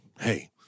Hey